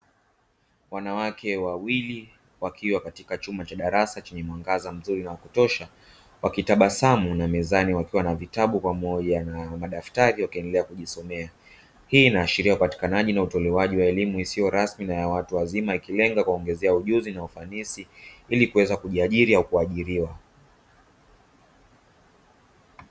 Wanawake wawili wakiwa katika chumba cha darasa chenye mwangaza mzuri na wa kutosha wakitabasamu na mezani wakiwa na vitabu pamoja na madaftari wakiendelea kujisomea, hii inaashiria utolewaji na upatikanaji wa elimu isiyo rasmi na ya watu wazima ikailenga kuwaongezea ujuzi na ufanisi ili kuweza kujiajiri au kuajiriwa.